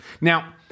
Now